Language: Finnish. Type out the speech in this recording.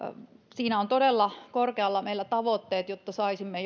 siinä on todella korkealla meillä tavoitteet jotta saisimme